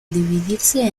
dividirse